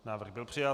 Návrh byl přijat.